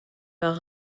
par